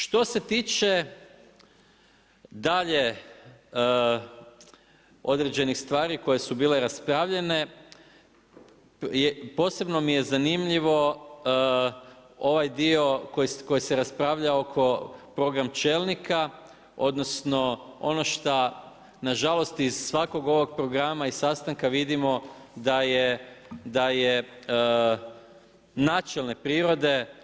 Što se tiče dalje određenih stvari koje su bile raspravljene, posebno mi je zanimljivo ovaj dio koji se raspravlja oko program čelnika, odnosno ono šta na žalost iz svakog ovog programa i sastanka vidimo da je načelne prirode.